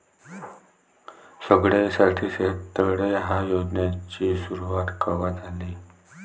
सगळ्याइसाठी शेततळे ह्या योजनेची सुरुवात कवा झाली?